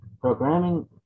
Programming